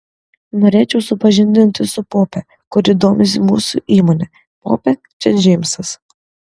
norėčiau supažindinti su pope kuri domisi mūsų įmone pope čia džeimsas